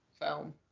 film